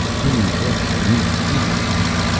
green grass beneath seared away,